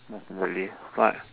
definitely but